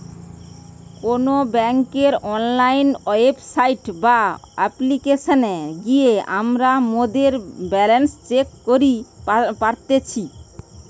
কোনো বেংকের online website বা অপ্লিকেশনে গিয়ে আমরা মোদের ব্যালান্স চেক করি পারতেছি